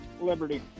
Liberty